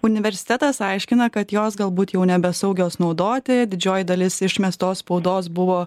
universitetas aiškina kad jos galbūt jau nebesaugios naudoti didžioji dalis išmestos spaudos buvo